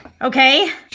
Okay